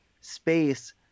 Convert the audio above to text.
space